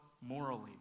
morally